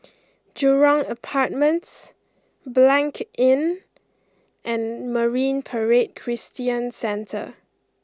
Jurong Apartments Blanc Inn and Marine Parade Christian Centre